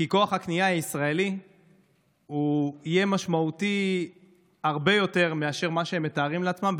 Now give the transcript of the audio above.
כי כוח הקנייה הישראלי יהיה משמעותי הרבה יותר ממה שהם מתארים לעצמם.